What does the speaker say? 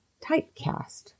typecast